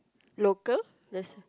local does